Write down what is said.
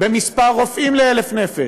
במספר רופאים ל-1,000 נפש.